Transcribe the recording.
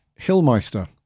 Hillmeister